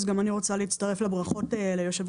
אז גם אני רוצה להצטרף לברכות ליושב-ראש